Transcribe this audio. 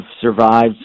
survived